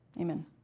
amen